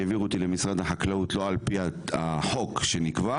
העבירו אותי למשרד החקלאות לא על פי החוק שנקבע,